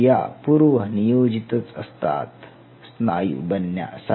या पूर्वनियोजितच असतात स्नायू बनण्यासाठी